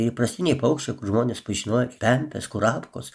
įprastiniai paukščiai kur žmonės pažinojo pempės kurapkos